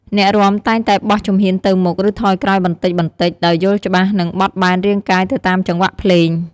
អ្នករាំតែងតែបោះជំហានទៅមុខ ឬថយក្រោយបន្តិចៗ ដោយយល់ច្បាស់ និងបត់បែនរាងកាយទៅតាមចង្វាក់ភ្លេង។